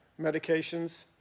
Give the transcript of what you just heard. Medications